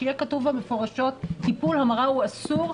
שיהיה כתוב בה במפורש שטיפול המרה הוא אסור,